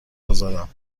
گذارم